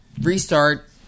restart